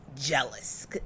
jealous